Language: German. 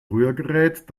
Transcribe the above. rührgerät